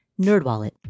NerdWallet